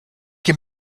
can